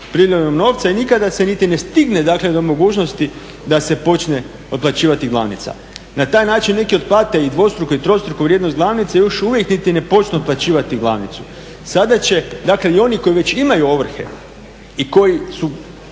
priljevom novca i nikada se niti ne stigne, dakle do mogućnosti da se počne otplaćivati glavnica. Na taj način neki otplate i dvostruku i trostruku vrijednost glavnice i još uvijek niti ne počnu otplaćivati glavnicu. Sada će, dakle i oni koji već imaju ovrhe i koji su